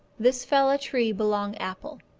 this fella tree belong apple.